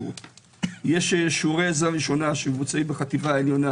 יש שיעורי עזרה ראשונה, שמבוצעים בחטיבה עליונה